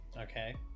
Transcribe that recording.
Okay